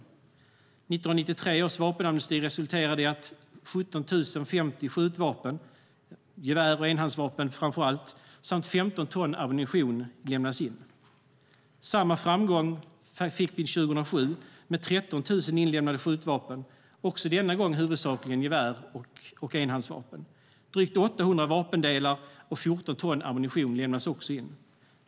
1993 års vapenamnesti resulterade i att 17 050 skjutvapen, gevär och enhandsvapen framför allt, samt 15 ton ammunition lämnades in. Samma framgång fick vi 2007 med 13 000 inlämnade skjutvapen, också denna gång huvudsakligen gevär och enhandsvapen. Drygt 800 vapendelar och 14 ton ammunition lämnades också in.